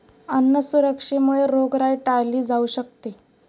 अन्न सुरक्षेमुळे रोगराई टाळली जाऊ शकते